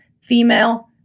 female